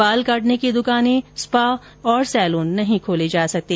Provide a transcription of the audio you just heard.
बाल काटने की दुकाने स्पा सैलून आदि नहीं खोले जा सकते